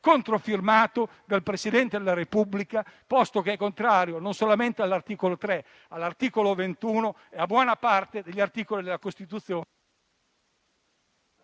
controfirmato dal Presidente della Repubblica, posto che è contrario non solamente all'articolo 3, ma anche all'articolo 21 e a buona parte degli articoli della Costituzione.